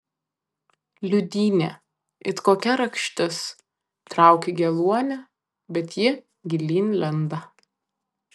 liūdynė it kokia rakštis trauki geluonį bet ji gilyn lenda